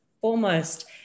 foremost